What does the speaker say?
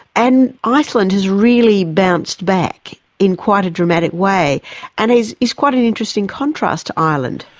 and iceland has really bounced back in quite a dramatic way and is is quite an interesting contrast to ireland.